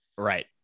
right